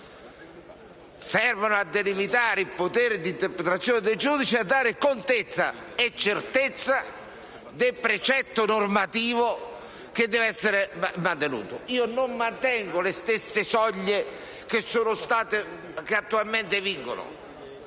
servono a delimitare il potere di interpretazione dei giudici e a dare contezza e certezza del precetto normativo, che devono essere mantenute. Non intendo mantenere le soglie attualmente vigenti